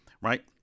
right